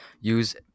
use